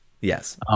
Yes